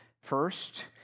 First